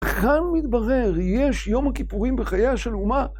כאן מתברר יש יום הכיפורים בחייה של אומה.